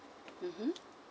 mmhmm